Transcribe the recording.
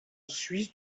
suisse